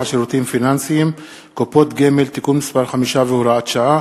שירותים פיננסיים (קופות גמל) (תיקון מס' 5 והוראת שעה),